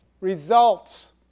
results